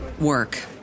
work